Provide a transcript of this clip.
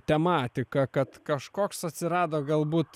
tematika kad kažkoks atsirado galbūt